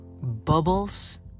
bubbles